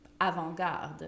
avant-garde